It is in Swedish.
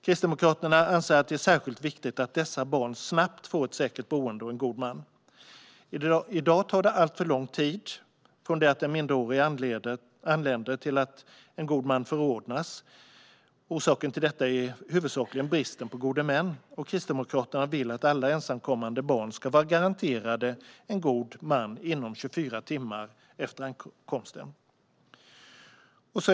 Kristdemokraterna anser att det är särskilt viktigt att dessa barn snabbt får ett säkert boende och en god man. I dag tar det alltför lång tid från det att den minderårige anländer till att en god man förordnas. Orsaken till detta är huvudsakligen bristen på gode män. Kristdemokraterna vill att alla ensamkommande barn ska vara garanterade en god man inom 24 timmar efter ankomsten.